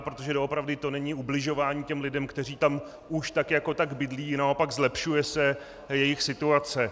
Protože doopravdy to není ubližování těm lidem, kteří tam už tak jako tak bydlí, naopak zlepšuje se jejich situace.